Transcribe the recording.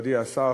מכובדי השר,